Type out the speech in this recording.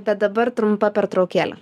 bet dabar trumpa pertraukėlė